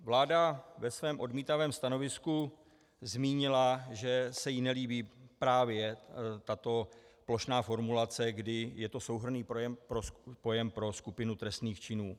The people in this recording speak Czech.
Vláda ve svém odmítavém stanovisku zmínila, že se jí nelíbí právě tato plošná formulace, kdy je to souhrnný pojem pro skupinu trestných činů.